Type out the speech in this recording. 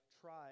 try